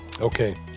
Okay